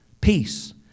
peace